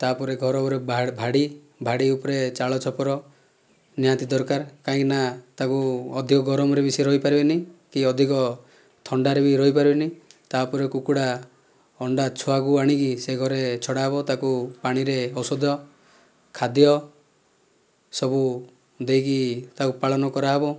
ତାପରେ ଘର ଉପରେ ଭାଡ଼ି ଭାଡ଼ି ଉପରେ ଚାଳଛପର ନିହାତି ଦରକାର କାହିଁକି ନା ତାକୁ ଅଧିକ ଗରମରେ ବି ସିଏ ରହିପାରିବେନି କି ଅଧିକ ଥଣ୍ଡାରେ ବି ରହିପାରିବେନି ତାପରେ କୁକୁଡ଼ା ଅଣ୍ଡା ଛୁଆକୁ ଆଣିକି ସେ ଘରେ ଛଡ଼ା ହବ ତାକୁ ପାଣିରେ ଔଷଧ ଖାଦ୍ୟ ସବୁ ଦେଇକି ତାକୁ ପାଳନ କରାହବ